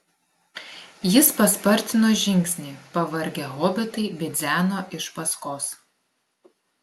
jis paspartino žingsnį pavargę hobitai bidzeno iš paskos